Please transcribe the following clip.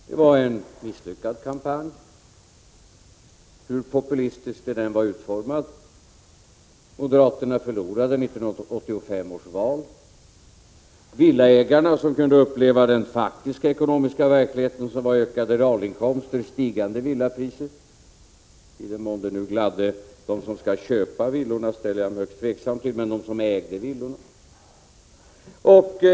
Det var en misslyckad kampanj, hur populistiskt den än var utformad. Moderaterna förlorade 1985 års val. Villaägarna kunde uppleva den faktiska ekonomiska verkligheten, dvs. ökande realinkomster och stigande villapriser. Jag ställer mig högst tveksam till om det gladde dem som skulle köpa villorna, men de som ägde villorna kunde ju glädjas.